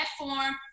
platform